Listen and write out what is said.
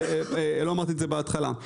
לא אמרתי את זה בהתחלה.